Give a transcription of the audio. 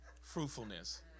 Fruitfulness